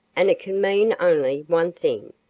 and it can mean only one thing,